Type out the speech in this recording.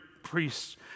priests